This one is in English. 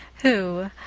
who,